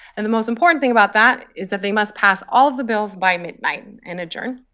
and the most important thing about that is that they must pass all of the bills by midnight and adjourn.